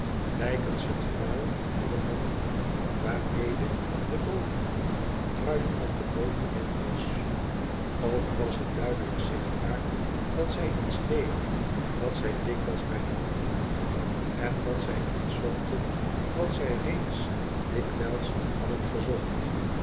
blijkens het vuil en de modder waarmede de bovendien druipnatte boot bedekt was ook was het dui delijk zichtbaar dat zij iets deden wat zij dikwijls bij de hand hadden en dat zij iets zochten wat zij reeds dikwijls hadden gezocht